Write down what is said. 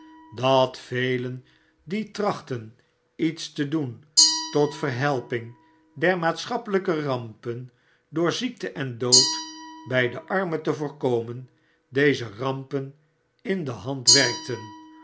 dat velen die trachtten iets te doen tot verhelping der maatschappelyke rampen door ziekten en dood by de armen te vooiomen deze rampen in de hand werkten